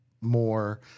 more